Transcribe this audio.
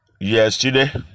yesterday